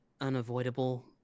unavoidable